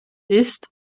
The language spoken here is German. ist